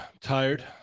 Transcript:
Tired